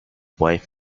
wife